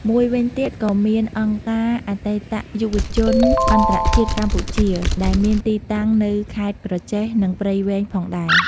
មួយវិញទៀតក៏មាន អង្គការអតីតយុទ្ធជនអន្តរជាតិកម្ពុជា ដែលមានទីតាំងនៅខេត្តក្រចេះ និង ព្រៃវែងផងដែរ។